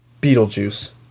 Beetlejuice